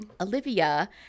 Olivia